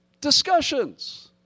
Discussions